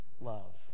love